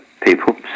people